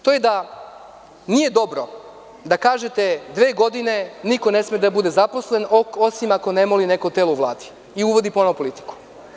To je da nije dobro da kažete dve godine niko ne sme da bude zaposlen, osim ako ne moli neko telo u Vladi i uvodi ponovo politiku.